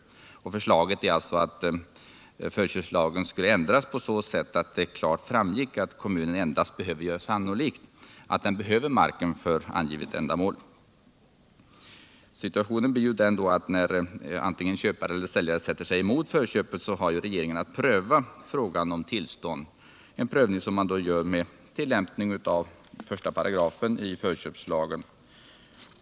Förslaget i motionen är alltså att förköpslagen skall ändras på så sätt att det klart framgår att kommunen endast behöver göra sannolikt att den behöver mark för angivet ändamål. Om då endera köpare eller säljare sätter sig emot förköpet, har regeringen att pröva frågan om tillstånd, en prövning som sker med tillämpning av 1§ förköpslagen.